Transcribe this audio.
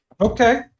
Okay